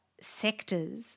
sectors